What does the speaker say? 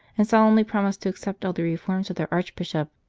and solemnly promised to accept all the reforms of their archbishop.